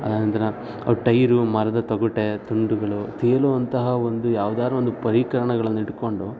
ಆನಂತರ ಅವ್ರ ಟೈರು ಮರದ ತಗೊಟೆ ತುಂಡುಗಳು ತೇಲುವಂತಹ ಒಂದು ಯಾವ್ದಾರ ಒಂದು ಪರೀಕರಣಗಳನ್ನ ಹಿಡ್ಕೊಂಡು